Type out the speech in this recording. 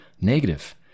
negative